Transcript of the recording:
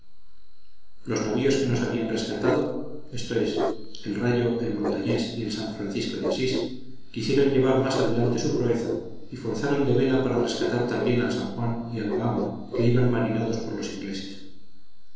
los navíos que nos habían rescatado esto es el rayo el montañés y el san francisco de asís quisieron llevar más adelante su proeza y forzaron de vela para rescatar también al san juan y al bahama que iban marinados por los ingleses